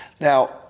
Now